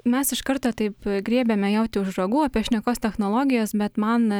mes iš karto taip griebiame jautį už ragų apie šnekos technologijas bet man